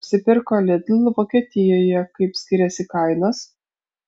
apsipirko lidl vokietijoje kaip skiriasi kainos